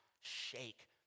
shake